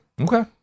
Okay